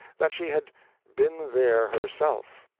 that she had been there herself,